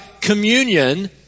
communion